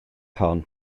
hon